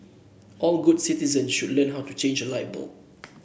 all good citizens should learn how to change a light bulb